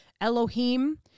Elohim